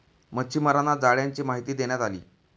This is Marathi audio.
मच्छीमारांना जाळ्यांची माहिती देण्यात आली